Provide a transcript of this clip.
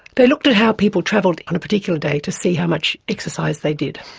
they looked at how people travelled on a particular day to see how much exercise they did,